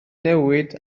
newid